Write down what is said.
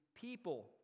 people